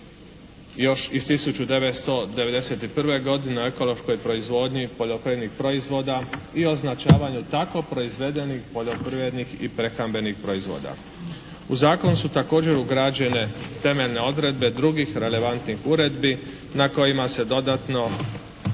još iz 1991. godine o ekološkoj proizvodnji poljoprivrednih proizvoda i označavanju tako proizvedenih poljoprivrednih i prehrambenih proizvoda. U zakonu su također ugrađene temeljne odredbe drugih relevantnih uredbi na kojima se dodatno